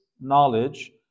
knowledge